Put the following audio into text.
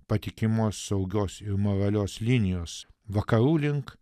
patikimos saugios ir moralios linijos vakarų link